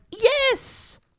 Yes